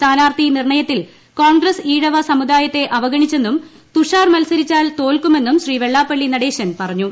സ്ഥാനാർഥി നിർണയത്തിൽ കോൺഗ്ഗസ് ഈഴവ സമുദായത്തെ അവഗണിച്ചെന്നും തുഷാർ മത്സരിച്ചാൽ തോൽക്കുമെന്നും ശ്രീ വെള്ളാപ്പള്ളി നടേശൻ പറഞ്ഞു